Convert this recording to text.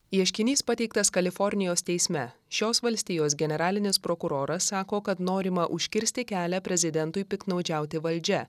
ieškinys pateiktas kalifornijos teisme šios valstijos generalinis prokuroras sako kad norima užkirsti kelią prezidentui piktnaudžiauti valdžia